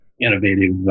innovative